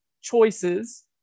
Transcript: choices